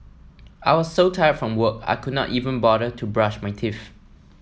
I was so tired from work I could not even bother to brush my teeth